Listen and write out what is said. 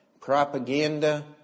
propaganda